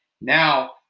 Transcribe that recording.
Now